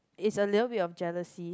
it's a little bit of jealousy